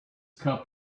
cup